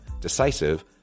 decisive